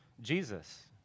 Jesus